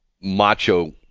macho